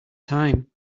time